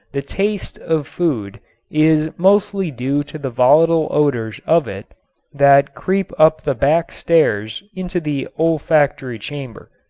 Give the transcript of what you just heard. the taste of food is mostly due to the volatile odors of it that creep up the back-stairs into the olfactory chamber.